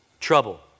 Trouble